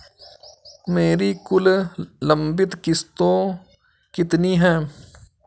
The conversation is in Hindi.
मेरी कुल लंबित किश्तों कितनी हैं?